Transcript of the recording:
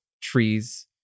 trees